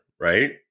Right